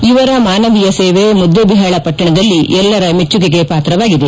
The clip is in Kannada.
ಇವರ ಮಾನವೀಯ ಸೇವೆ ಮುದ್ದೇಬಿಹಾಳ ಪಟ್ಟಣದಲ್ಲಿ ಎಲ್ಲರ ಮೆಚ್ಚುಗೆಗೆ ಪಾತ್ರವಾಗಿದೆ